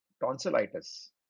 tonsillitis